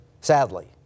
Sadly